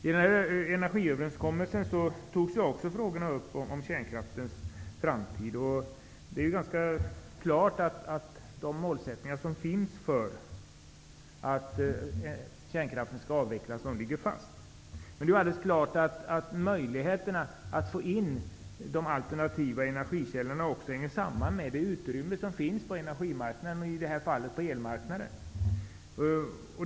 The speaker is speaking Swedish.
I energiöverenskommelsen togs också frågorna om kärnkraftens framtid upp. Det är ganska klart att målsättningarna för kärnkraftens avveckling ligger fast. Möjligheterna att få in de alternativa energikällorna hänger också samman med det utrymme som finns på energimarknaden, i det här fallet på elmarknaden.